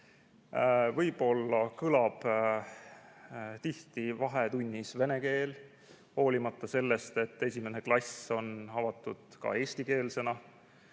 võib-olla kõlab tihti vahetunnis vene keel, hoolimata sellest, et esimene klass on avatud ka eestikeelsena